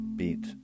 beat